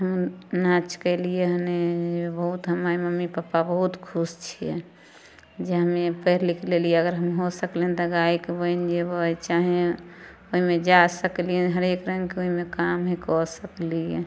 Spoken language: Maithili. हूँ नाँच कयलियै हम्मे बहुत हमर मम्मी पप्पा बहुत खुश छियै जे हम्मे पढ़ि लिख लेलियै अगर हम हो सकलै हन तऽ हम्मे गायक बनि जेबै चाहे ओहिमे जा सकलियै हरेक लाइनके ओहिमे काम हइ कऽ सकलियै